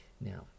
now